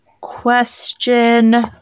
Question